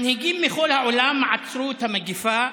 "מנהיגים מכל העולם עצרו את המגפה,